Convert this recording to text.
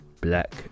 Black